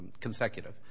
consecutive